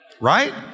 Right